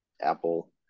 apple